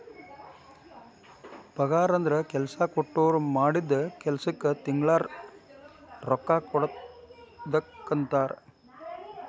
ಪಗಾರಂದ್ರ ಕೆಲ್ಸಾ ಕೊಟ್ಟೋರ್ ಮಾಡಿದ್ ಕೆಲ್ಸಕ್ಕ ತಿಂಗಳಾ ತಿಂಗಳಾ ರೊಕ್ಕಾ ಕೊಡುದಕ್ಕಂತಾರ